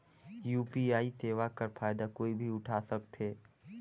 UPI सेवा कर फायदा कोई भी उठा सकथे?